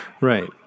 Right